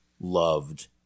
loved